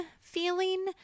feeling